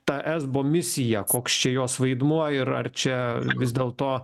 ta esbo misija koks čia jos vaidmuo ir ar čia vis dėlto